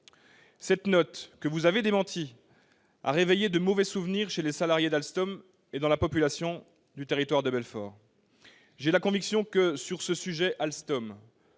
Cette note, que M. Sirugue a démentie, a réveillé de mauvais souvenirs chez les salariés d'Alstom et dans la population du Territoire de Belfort. J'ai la conviction que sur ce sujet,